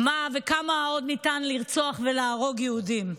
מה וכמה עוד ניתן לרצוח ולהרוג יהודים.